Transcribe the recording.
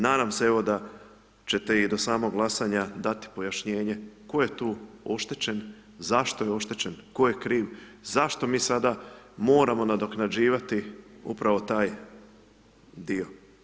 Nadam se evo da ćete i do samog glasanja dati pojašnjenje tko je tu oštećen, zašto je odštećen, tko je kriv, zašto mi sada moramo nadoknađivati upravo taj dio.